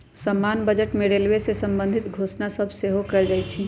समान्य बजटे में रेलवे से संबंधित घोषणा सभ सेहो कएल जाइ छइ